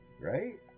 Right